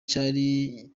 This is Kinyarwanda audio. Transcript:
cyari